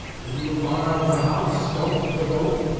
would you have gone out of the house skulked the vote?